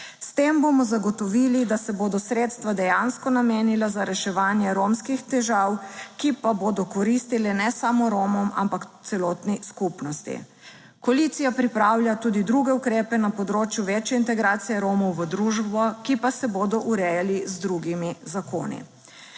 S tem bomo zagotovili, da se bodo sredstva dejansko namenila za reševanje romskih težav, ki pa bodo koristile ne samo Romom, ampak celotni skupnosti. Koalicija pripravlja tudi druge ukrepe na področju večje integracije Romov v družbo, ki pa se bodo urejali z drugimi zakoni.